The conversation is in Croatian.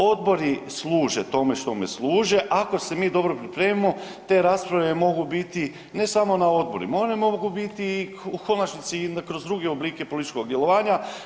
Odbori služe tome štome služe ako se mi dobro pripremimo te rasprave mogu biti ne samo na odborima one mogu biti u konačnici i kroz druge oblike političkog djelovanja.